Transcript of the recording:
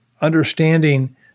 understanding